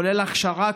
כולל הכשרה,